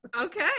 Okay